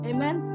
Amen।